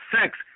sex